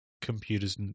computers